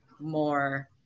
more